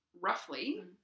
roughly